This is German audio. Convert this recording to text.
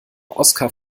oskar